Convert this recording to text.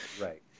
Right